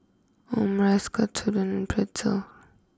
Omurice Katsudon and Pretzel